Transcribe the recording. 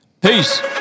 peace